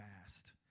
fast